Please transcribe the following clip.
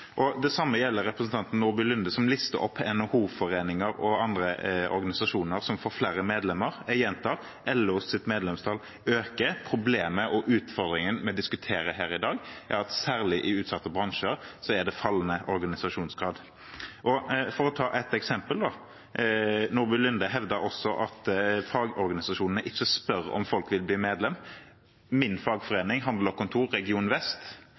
Det samme gjelder representanten Nordby Lunde, som listet opp NHO-foreninger og andre organisasjoner som får flere medlemmer. Jeg gjentar: LOs medlemstall øker. Problemet og utfordringen vi diskuterer her i dag, er at særlig i utsatte bransjer er det fallende organisasjonsgrad. Og for å ta et eksempel: Nordby Lunde hevder også at fagorganisasjonene ikke spør om folk vil bli medlem. Min fagforening, Handel og Kontor, region vest,